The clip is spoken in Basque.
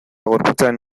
gorputzaren